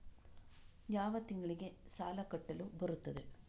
ಯಾವ ತಿಂಗಳಿಗೆ ಸಾಲ ಕಟ್ಟಲು ಬರುತ್ತದೆ?